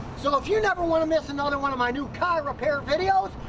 so if you never want to miss another one of my new car repair videos,